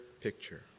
picture